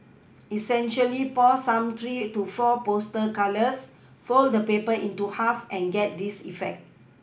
essentially pour some three to four poster colours fold the paper into half and get this effect